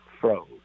froze